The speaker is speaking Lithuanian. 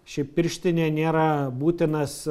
šiaip pirštinė nėra būtinas